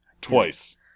twice